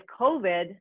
COVID